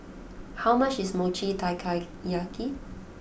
how much is Mochi Taiyaki